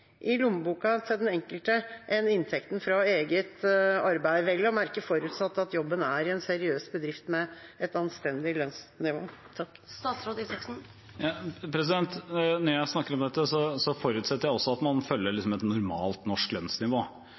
i lommeboka for den enkelte enn inntekten fra eget arbeid – vel å merke forutsatt at jobben er i en seriøs bedrift med et anstendig lønnsnivå? Når jeg snakker om dette, forutsetter jeg også at man følger et normalt norsk lønnsnivå.